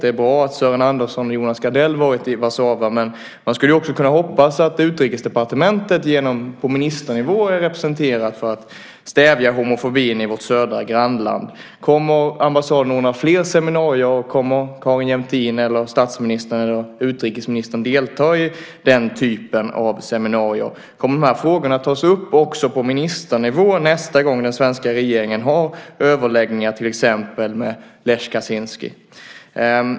Det är bra att Sören Anderson och Jonas Gardell har varit i Warszawa, men man skulle också kunna hoppas att Utrikesdepartementet på ministernivå är representerat för att stävja homofobin i vårt södra grannland. Kommer ambassaden att ordna fler seminarier? Kommer Carin Jämtin, statsministern eller utrikesministern att delta i den typen av seminarier? Kommer de här frågorna att tas upp också på ministernivå nästa gång den svenska regeringen har överläggningar till exempel med Lech Kaczynski?